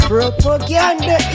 Propaganda